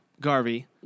Garvey